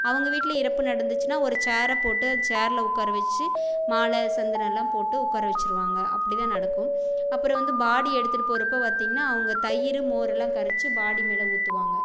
அவங்க வீட்டில் இறப்பு நடந்துச்சுனால் ஒரு சேரை போட்டு அ சேரில் உட்கார வெச்சு மாலை சந்தனம் எல்லாம் போட்டு உட்கார வெச்சுருவாங்க அப்படி தான் நடக்கும் அப்புறம் வந்து பாடி எடுத்துகிட்டு போகிறப்போ பார்த்திங்கனா அவங்க தயிர் மோரெலாம் கரைச்சி பாடி மேலே ஊற்றுவாங்க